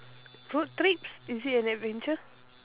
road trips is it an adventure